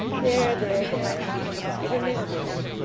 there there there give him his din ner.